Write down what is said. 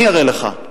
אני אראה לך.